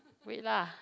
wait lah